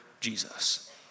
Jesus